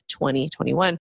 2021